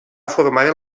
formaren